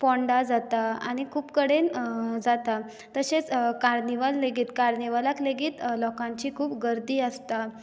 फोंडा जाता आनी खूब कडेन जाता तशेंच कार्निवल लेगीत कार्निवलाक लेगीत लोकांची खूब गर्दी आसता